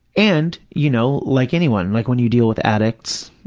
and, you know, like anyone, like when you deal with addicts,